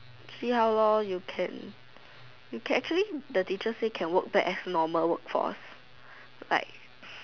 see how lor you can actually the teacher say can work normal work for us like